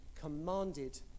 commanded